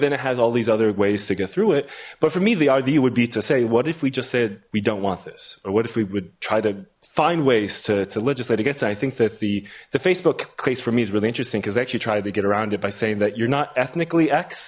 then it has all these other ways to get through it but for me the idea would be to say what if we just said we don't want this or what if we would try to find ways to legislate against i think that the the facebook place for me is really interesting because i actually tried to get around it by saying that you're not ethnic ly